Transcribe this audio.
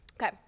Okay